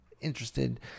interested